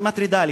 מטרידה,